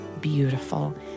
beautiful